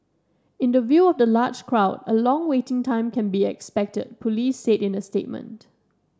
in the view of the large crowd a long waiting time can be expected police said in a statement